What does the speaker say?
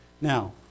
Now